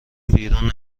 بیرون